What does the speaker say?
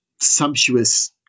sumptuous